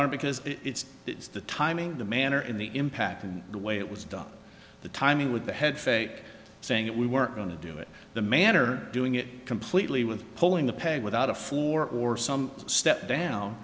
on because it's the timing the manner in the impact and the way it was done the timing with the head fake saying that we weren't going to do it the manner doing it completely with pulling the peg without a floor or some step down